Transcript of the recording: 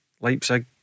Leipzig